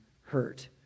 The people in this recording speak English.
hurt